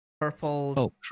Purple